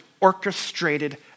orchestrated